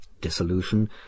Dissolution